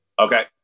Okay